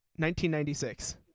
1996